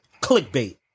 Clickbait